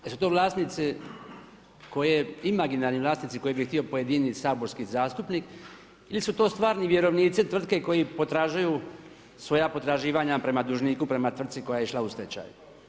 Jesu to vlasnici, imaginarni vlasnici koje bi htio pojedini saborski zastupnik ili su to stvarni vjerovnici tvrtke koji potražuju svoja potraživanja prema dužniku, prema tvrci koja je išla u stečaj?